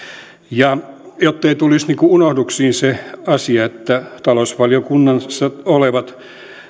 ja jottei tulisi unohduksiin se asia että talousvaliokunnassa olevat